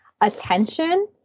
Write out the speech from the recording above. attention